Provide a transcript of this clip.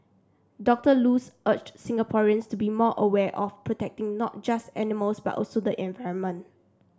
Doctor Luz urged Singaporeans to be more aware of protecting not just animals but also the environment